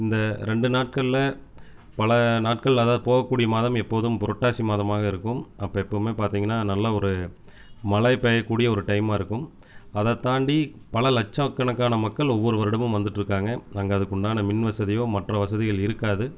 இந்த ரெண்டு நாட்களில் பல நாட்கள் அதாவது போக கூடிய மாதம் எப்போதும் புரட்டாசி மாதமாக இருக்கும் அப்போ எப்பவுமே பார்த்திங்கன்னா நல்ல ஒரு மழை பெயக்கூடிய ஒரு டைமாகருக்கும் அதைத்தாண்டி பல லட்சக்கணக்கான மக்கள் ஒவ்வொரு வருடமும் வந்துட்டிருக்காங்க அங்கே அதுக்குண்டான மின் வசதியோ மற்ற வசதிகள் இருக்காது